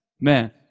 man